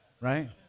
Right